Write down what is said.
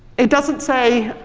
it doesn't say,